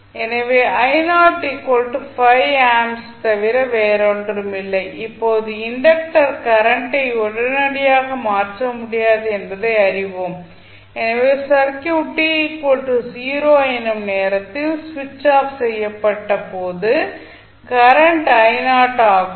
எனவே 5 ஆம்பியர் தவிர வேறொன்றுமில்லை இப்போது இண்டக்டர் கரண்ட் ஐ உடனடியாக மாற்ற முடியாது என்பதை அறிவோம் எனவே சர்க்யூட் t 0 எனும் நேரத்தில் சுவிட்ச் ஆஃப் செய்யப்பட்ட போது கரண்ட் ஆகும்